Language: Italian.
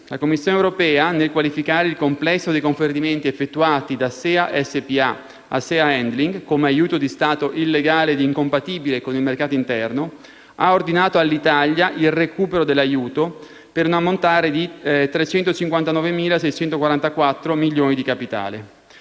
La Commissione europea nel qualificare il complesso dei conferimenti effettuati da Sea SpA a Sea Handling come aiuto di Stato illegale ed incompatibile con il mercato interno, ha ordinato all'Italia il recupero dell'aiuto, per un ammontare di 359,644 milioni di capitale.